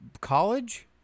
college